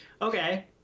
Okay